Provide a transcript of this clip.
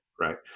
right